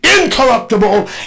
incorruptible